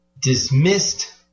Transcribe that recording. dismissed